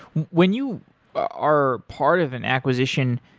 when you are part of an acquisition,